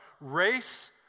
race